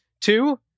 two